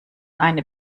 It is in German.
eine